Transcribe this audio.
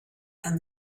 than